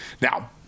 Now